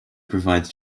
provides